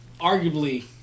arguably